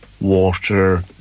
water